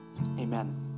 Amen